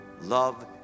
love